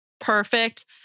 Perfect